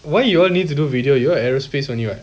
why you all need to do video you all aerospace only what